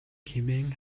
хэмээн